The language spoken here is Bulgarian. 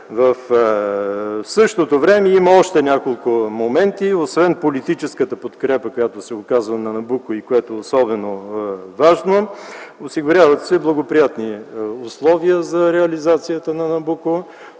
В същото време има още няколко момента, освен политическата подкрепа, която се оказва на „Набуко” и което е особено важно – осигуряват се благоприятни условия за реализацията на „Набуко”.